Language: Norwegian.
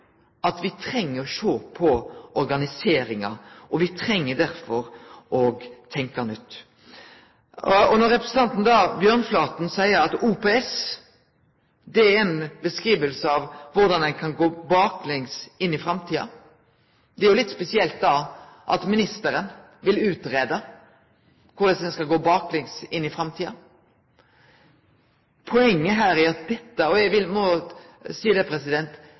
at me treng å sjå på organiseringa, og me treng derfor å tenkje nytt. Representanten Bjørnflaten seier at OPS er ei beskriving av korleis ein kan gå baklengs inn i framtida. Det er jo litt spesielt da at ministeren vil utgreie korleis ein skal gå baklengs inn i framtida. Poenget her er – eg må seie det – at denne beskrivinga til Bjørnflaten viser at ho ikkje har full forståing av kva OPS er. Det